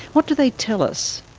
what do they tell us?